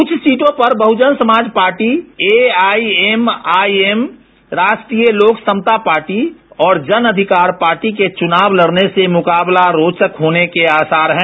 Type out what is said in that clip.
कुछ सीटों पर Bahujan Samaj Party AIMIM Rashtriya Lok Samta Party और जन अधिकार पार्टी के चुनाव लडने से मुकाबला रोचक होने के आसार हैं